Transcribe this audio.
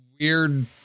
weird